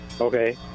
Okay